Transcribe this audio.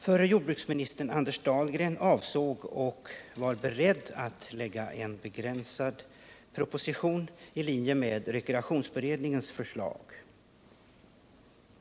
Förre jordbruksministern Anders Dahlgren avsåg och var beredd att lägga fram en begränsad proposition i linje med rekreationsberedningens förslag.